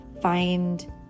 find